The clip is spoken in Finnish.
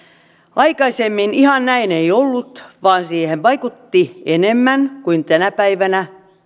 aikaisemmin ihan näin ei ollut vaan siihen vaikutti enemmän kuin tänä päivänä